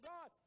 God